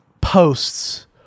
posts